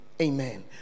Amen